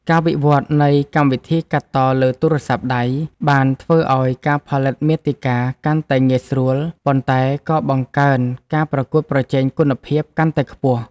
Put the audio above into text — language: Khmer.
ការវិវត្តនៃកម្មវិធីកាត់តលើទូរស័ព្ទដៃ បានធ្វើឱ្យការផលិតមាតិកាកាន់តែងាយស្រួល ប៉ុន្តែក៏បង្កើនការប្រកួតប្រជែងគុណភាពកាន់តែខ្ពស់។